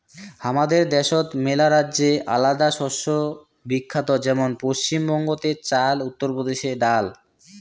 হামাদের দ্যাশোত মেলারাজ্যে আলাদা শস্য বিখ্যাত যেমন পশ্চিম বঙ্গতে চাল, উত্তর প্রদেশে ডাল